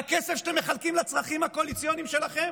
מהכסף שאתם מחלקים לצרכים הקואליציוניים שלכם?